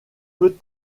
peut